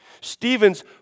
Stephen's